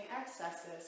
excesses